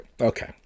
Okay